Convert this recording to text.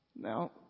Now